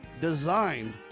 designed